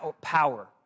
power